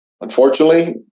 unfortunately